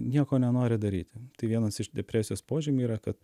nieko nenori daryti tai vienas iš depresijos požymių yra kad